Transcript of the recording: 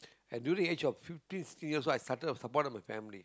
and during the age of fifty three years old I started a support of a family